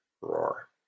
roar